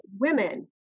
women